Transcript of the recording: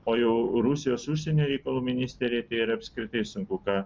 o jau rusijos užsienio reikalų ministerija tai yra apskritai sunku ką